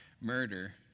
murder